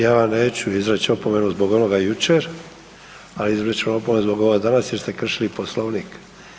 Ja vam neću izreći opomenu zbog onoga jučer, ali izričem vam opomenu zbog ovog danas jer ste kršili Poslovnik.